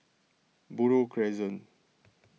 Buroh Crescent